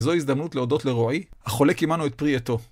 זו ההזדמנות להודות לרועי, החולק עימנו את פרי עטו.